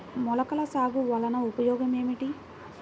మొలకల సాగు వలన ప్రయోజనం ఏమిటీ?